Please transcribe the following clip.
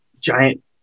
giant